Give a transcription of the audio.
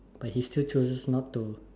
but he still chooses not to